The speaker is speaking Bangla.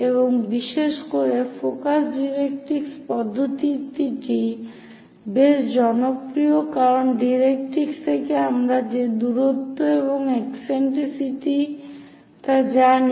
এবং বিশেষ করে ফোকাস ডাইরেক্ট্রিক্স পদ্ধতিটি বেশ জনপ্রিয় কারণ ডাইরেক্ট্রিক্স থেকে আমরা যে দূরত্ব এবং ইকসেন্ট্রিসিটি তা জানি